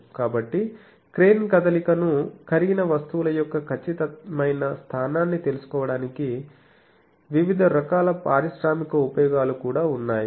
కాబట్టి క్రేన్ కదలికను కరిగిన వస్తువుల యొక్క ఖచ్చితమైన స్థానాన్ని తెలుసుకోవడానికి వివిధ రకాల పారిశ్రామిక ఉపయోగాలు కూడా ఉన్నాయి